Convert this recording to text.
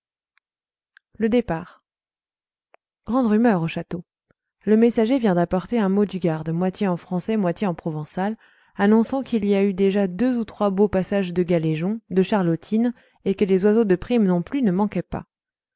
le départ grande rumeur au château le messager vient d'apporter un mot du garde moitié en français moitié en provençal annonçant qu'il y a eu déjà deux ou trois beaux passages de galéjons de charlottines et que les oiseaux de prime non plus ne manquaient pas